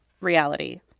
reality